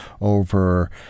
over